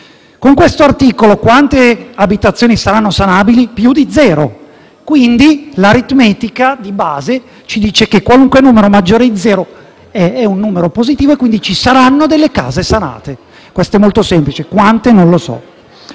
Con questo articolo, quante abitazioni saranno sanabili? Più di zero. L’aritmetica di base ci dice che qualunque numero maggiore di zero è un numero positivo e quindi ci saranno delle case sanate, questo è molto semplice. Quante non lo so.